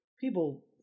people